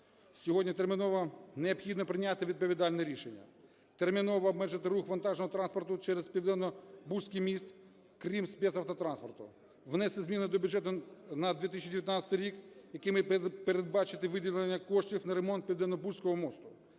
Сьогодні терміново необхідно прийняти відповідальне рішення. Терміново обмежити рух вантажного транспорту через Південнобузький міст, крім спецавтотранспорту. Внести зміни до бюджету на 2019 рік, якими передбачити виділення коштів на ремонт Південнобузького мосту.